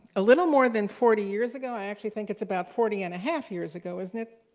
a little more than forty years ago, i actually think it's about forty and a half years ago, isn't it,